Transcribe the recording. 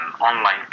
online